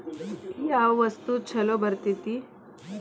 ಯಾವ ವಸ್ತು ಛಲೋ ಬರ್ತೇತಿ?